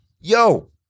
Yo